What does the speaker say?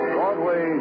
Broadway